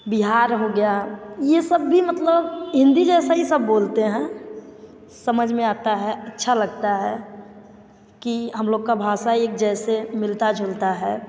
बिहार हो गया ये सब भी मतलब हिंदी जैसा ही सब बोलते हैं समझ में आता है अच्छा लगता है कि हम लोग का भाषा एक जैसे मिलता जुलता है